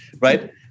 Right